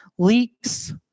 Leaks